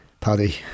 Paddy